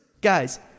Guys